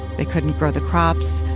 they couldn't grow the crops,